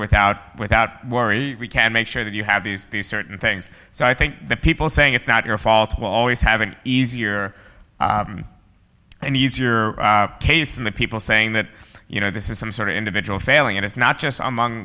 without without worry can make sure that you have these certain things so i think the people saying it's not your fault will always have an easier and easier case and the people saying that you know this is some sort of individual failing and it's not just among